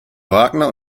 wagner